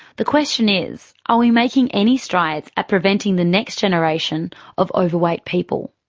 the question is are we making any strides at preventing the next generation of overweight people?